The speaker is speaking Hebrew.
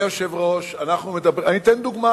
אני אתן דוגמה